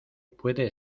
puede